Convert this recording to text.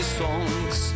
songs